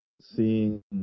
seeing